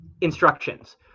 instructions